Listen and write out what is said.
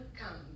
come